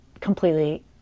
completely